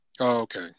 Okay